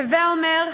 הווי אומר,